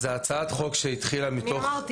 זאת הצעת חוק שהתחילה מתוך --- אמרתי